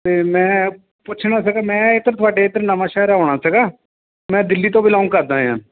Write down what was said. ਅਤੇ ਮੈਂ ਪੁੱਛਣਾ ਸੀਗਾ ਮੈਂ ਇਧਰ ਤੁਹਾਡੇ ਇਧਰ ਨਵਾਂ ਸ਼ਹਿਰ ਆਉਣਾ ਸੀਗਾ ਮੈਂ ਦਿੱਲੀ ਤੋਂ ਬਿਲੋਂਗ ਕਰਦਾ ਏ ਹਾਂ